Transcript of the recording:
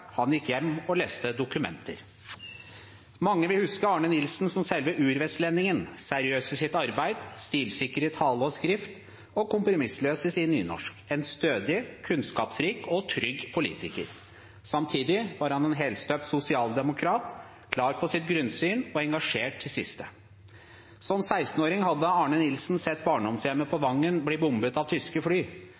han gikk hjem og leste dokumenter. Mange vil huske Arne Nilsen som selve urvestlendingen, seriøs i sitt arbeid, stilsikker i tale og skrift og kompromissløs i sin nynorsk. En stødig, kunnskapsrik og trygg politiker. Samtidig var han en helstøpt sosialdemokrat, klar på sitt grunnsyn og engasjert til det siste. Som 16-årign hadde Arne Nilsen sett barndomshjemmet på Vangen bli bombet av tyske fly,